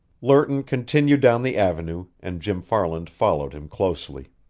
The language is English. lerton continued down the avenue, and jim farland followed him closely.